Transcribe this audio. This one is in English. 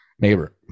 neighbor